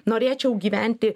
norėčiau gyventi